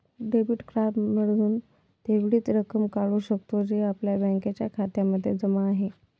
debit card मधून तेवढीच रक्कम काढू शकतो, जी आपल्या बँकेच्या खात्यामध्ये जमा आहे